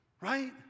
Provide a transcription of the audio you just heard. right